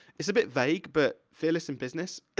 it's a bit vague, but, fearless in business,